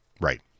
Right